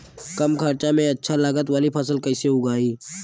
कम खर्चा में अच्छा लागत वाली फसल कैसे उगाई?